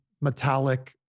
metallic